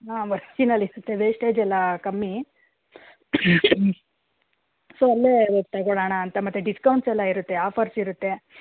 ಹಾಂ ವೇಸ್ಟೇಜ್ ಎಲ್ಲ ಕಮ್ಮಿ ಸೊ ಅಲ್ಲೇ ತಗೊಳ್ಳೋಣ ಅಂತ ಮತ್ತು ಡಿಸ್ಕೌಂಟ್ಸ್ ಎಲ್ಲ ಇರುತ್ತೆ ಆಫರ್ಸ್ ಇರುತ್ತೆ